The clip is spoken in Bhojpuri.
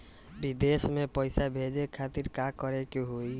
विदेश मे पैसा भेजे खातिर का करे के होयी?